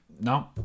No